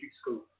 school